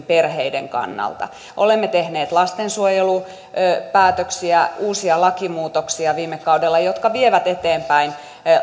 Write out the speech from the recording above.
perheiden kannalta olemme tehneet lastensuojelupäätöksiä uusia lakimuutoksia viime kaudella jotka vievät eteenpäin